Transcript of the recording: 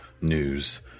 news